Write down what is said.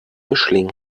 mischling